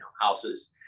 houses